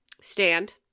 stand